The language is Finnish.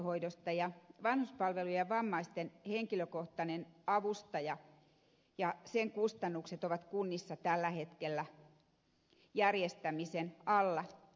vanhuspalvelujen ja vammaisten henkilökohtaisen avustajan kustannukset ovat kunnissa tällä hetkellä järjestämisen alla